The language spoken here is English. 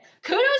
Kudos